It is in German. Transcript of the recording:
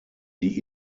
die